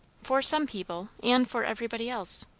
for some people and for everybody else.